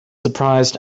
surprised